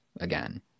again